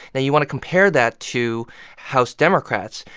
now, you want to compare that to house democrats.